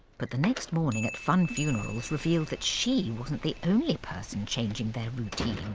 but the next morning at funn funerals revealed that she wasn't the only person changing their routine.